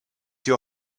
your